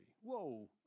Whoa